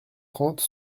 trente